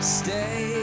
stay